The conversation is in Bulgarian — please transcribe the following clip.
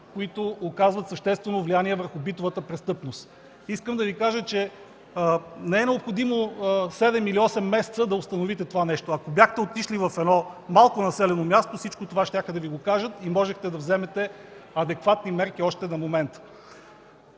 които оказват съществено влияние върху битовата престъпност. Искам да Ви кажа, че не е необходимо седем или осем месеца, за да установите това нещо. Ако бяхте отишли в едно малко населено място, всичко това щяха да Ви го кажат и можехте да вземете адекватни мерки още на момента.